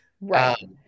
Right